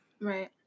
right